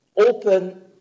open